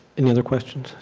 any other questions?